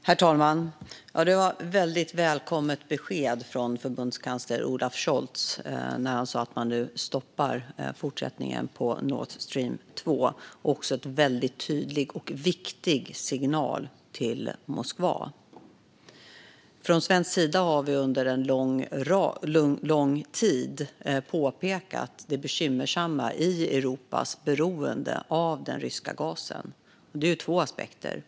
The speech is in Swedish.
Herr talman! Det var ett väldigt välkommet besked från förbundskansler Olaf Scholz att man nu stoppar fortsättningen på Nord Stream 2. Det var också en tydlig och viktig signal till Moskva. Från svensk sida har vi under lång tid påpekat det bekymmersamma i Europas beroende av den ryska gasen. Det finns två aspekter här.